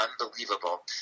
unbelievable